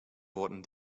wurden